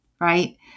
right